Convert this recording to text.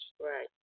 Right